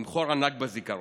עם חור ענק בזיכרון.